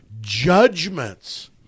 judgments